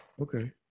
Okay